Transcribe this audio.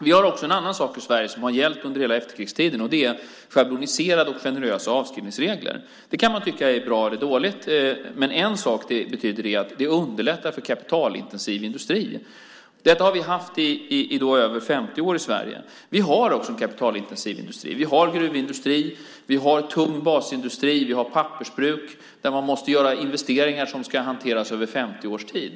Vi har också något annat i Sverige som har gällt under hela efterkrigstiden. Det är schabloniserade och generösa avskrivningsregler. Man kan tycka att det är bra eller dåligt, men det underlättar för kapitalintensiv industri. Detta har vi haft i Sverige i mer än 50 år. Vi har en kapitalintensiv industri. Vi har gruvindustri, vi har tung basindustri och vi har pappersbruk där man måste göra investeringar som ska hanteras över 50 års tid.